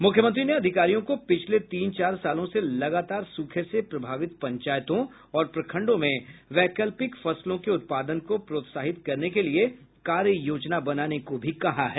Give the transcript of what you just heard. मुख्यमंत्री ने अधिकारियों को पिछले तीन चार सालों से लगातार सूखे से प्रभावित पंचायतों और प्रखंडों में वैकल्पिक फसलों के उत्पादन को प्रोत्साहित करने के लिए कार्ययोजना बनाने को भी कहा है